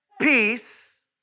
peace